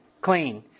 clean